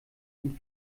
ihn